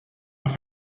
nach